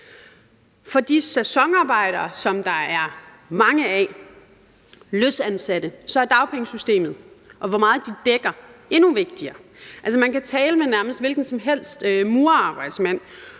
For de sæsonarbejdere og løst ansatte, som der er mange af, er dagpengesystemet, og hvor meget det dækker, endnu vigtigere. Man kan tale med nærmest hvilken som helst murerarbejdsmand,